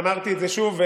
אמרתי את זה שוב,